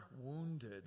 wounded